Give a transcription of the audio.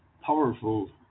powerful